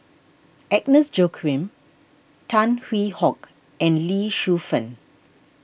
Agnes Joaquim Tan Hwee Hock and Lee Shu Fen